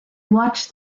watched